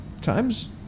Times